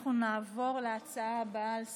אנחנו נעבור להצעה הבאה על סדר-היום,